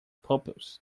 pupils